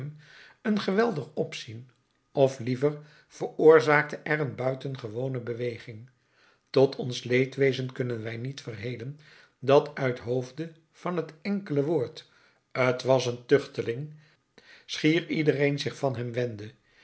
een geweldig opzien of liever veroorzaakte er een buitengewone beweging tot ons leedwezen kunnen wij niet verhelen dat uithoofde van het enkele woord t was een tuchteling schier iedereen zich van hem wendde